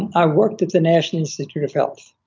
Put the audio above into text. i worked at the national institute of health,